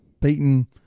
beaten